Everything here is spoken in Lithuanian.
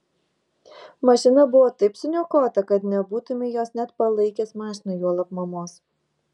mašina buvo taip suniokota kad nebūtumei jos net palaikęs mašina juolab mamos